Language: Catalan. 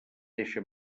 deixa